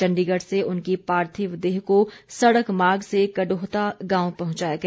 चण्डीगढ़ से उनकी पार्थिव देह को सड़क मार्ग से कडोहता गांव पहुंचाया गया